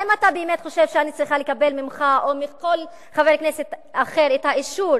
האם אתה באמת חושב שאני צריכה לקבל ממך או מכל חבר כנסת אחר את האישור